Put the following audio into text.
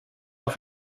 auf